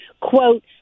quote